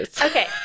okay